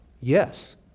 Yes